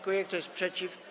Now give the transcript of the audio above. Kto jest przeciw?